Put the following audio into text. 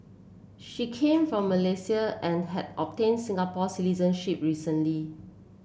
she came from Malaysia and had obtained Singapore citizenship recently